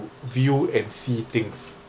view and see things